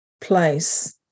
place